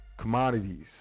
commodities